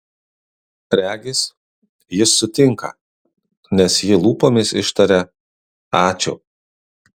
regis jis sutinka nes ji lūpomis ištaria ačiū